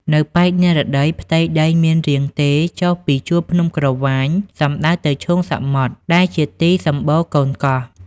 នៅប៉ែកនិរតី ផ្ទៃដីមានរាងទេរចុះពីជួរភ្នំក្រវាញសំដៅទៅឈូងសមុទ្រ ដែលជាទីសម្បូរកូនកោះ។